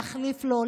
להחליף לו,